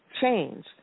change